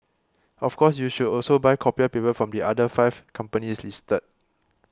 of course you should also buy copier paper from the other five companies listed